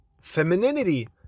femininity